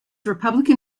republican